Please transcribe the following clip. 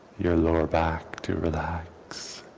your lower back to relax.